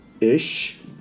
ish